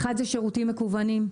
האחד, שירותים מקוונים.